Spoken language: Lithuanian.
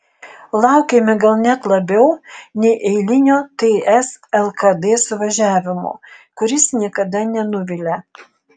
laukėme gal net labiau nei eilinio ts lkd suvažiavimo kuris niekada nenuvilia